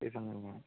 season കഴിഞ്ഞോ